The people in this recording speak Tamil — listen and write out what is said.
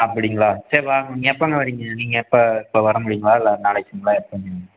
அப்படிங்களா சரி வாங்க நீங்கள் எப்போங்க வரீங்க நீங்கள் எப்போ இப்போ வர முடியுங்களா இல்லை நாளைக்கிங்களா எப்போங்க